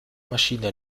maschine